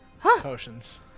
potions